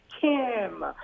Kim